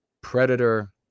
predator